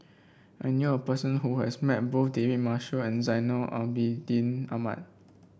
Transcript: I knew a person who has met both David Marshall and Zainal Abidin Ahmad